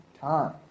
time